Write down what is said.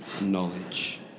Knowledge